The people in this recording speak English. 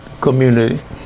community